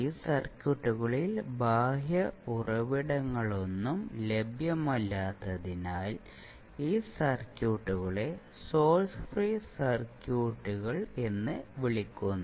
ഈ സർക്യൂട്ടുകളിൽ ബാഹ്യ ഉറവിടങ്ങളൊന്നും ലഭ്യമല്ലാത്തതിനാൽ ഈ സർക്യൂട്ടുകളെ സോഴ്സ് ഫ്രീ സർക്യൂട്ടുകൾ എന്ന് വിളിക്കുന്നു